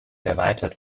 erweitert